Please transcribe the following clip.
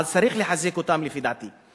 אז צריך לחזק אותם, לפי דעתי.